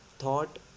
Thought